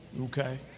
Okay